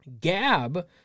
Gab